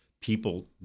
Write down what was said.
People